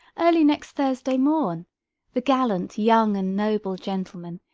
early next thursday morn the gallant, young, and noble gentleman,